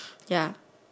ya